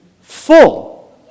full